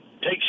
take